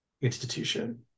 institution